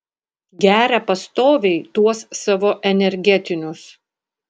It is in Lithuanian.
geria pastoviai tuos savo energetinius